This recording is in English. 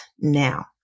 now